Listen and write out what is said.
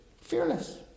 fearless